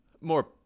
more